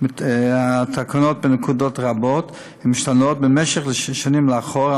התקנות בנקודות רבות ומשתנות במשך שנים לאחור,